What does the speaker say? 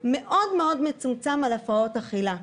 מאוד-מאוד מצומצם על הפרעות אכילה.